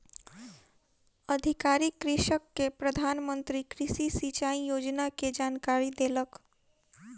अधिकारी कृषक के प्रधान मंत्री कृषि सिचाई योजना के जानकारी देलक